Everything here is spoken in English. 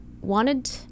wanted